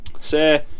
say